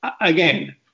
again